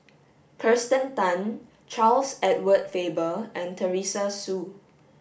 Kirsten Tan Charles Edward Faber and Teresa Hsu